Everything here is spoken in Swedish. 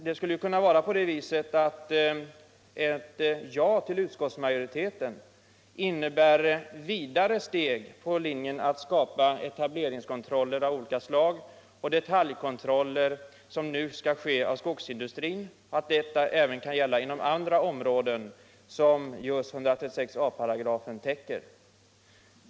Det skulle kunna vara på det viset att ett ja till utskottsmajoriteten innebär vidare steg på linjen att skapa etableringskontroller av olika slag, och att de detaljkontroller som nu skall ske av skogsindustrin även kan gälla andra områden som 136 a § täcker.